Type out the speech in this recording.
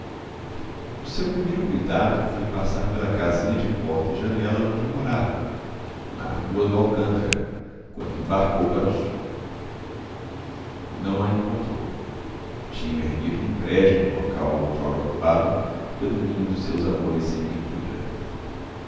o seu primeiro cuidado foi passar pela casinha de porta e janela onde morava na rua do alcântara quando embarcou para o sul não a encontrou tinham erguido um prédio no local outrora ocupado pelo ninho dos seus amores sem ventura